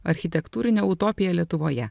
architektūrinė utopija lietuvoje